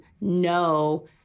no